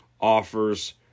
offers